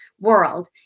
world